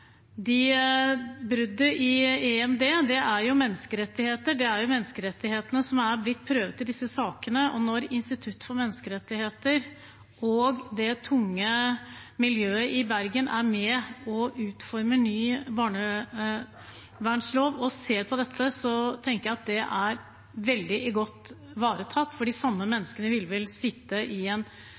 Bruddet i EMD gjelder menneskerettigheter; det er menneskerettighetene som er blitt prøvd i disse sakene, og når Norges institusjon for menneskerettigheter og det tunge miljøet i Bergen er med og utformer ny barnevernslov og ser på dette, tenker jeg at det er veldig godt ivaretatt, for de samme menneskene ville vel sitte i